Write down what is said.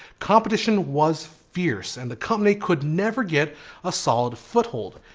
competition was fierce and the company could never get a solid foothold.